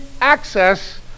access